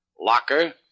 Locker